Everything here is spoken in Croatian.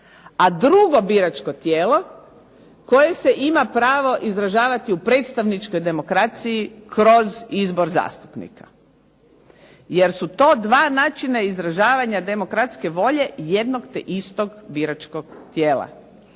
a drugo biračko tijelo koje se ima pravo izražavati u predstavničkoj demokraciji kroz izbor zastupnika jer su to dva načina izražavanja demokratske volje jednog te istog biračkog tijela,